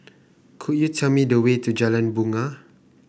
could you tell me the way to Jalan Bungar